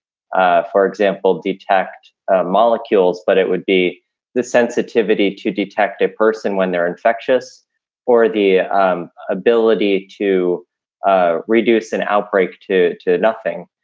ah for example, detect molecules, but it would be the sensitivity to detect a person when they're infectious or the um ability to ah reduce an outbreak to to nothing.